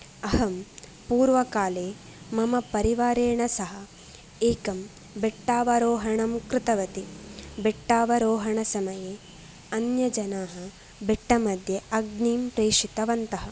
अहं पूर्वकाले मम परिवारेण सह एकं बेट्टावरोहणं कृतवती बेट्टावरोहणसमये अन्यजनाः बेट्टमध्ये अग्निं प्रेषितवन्तः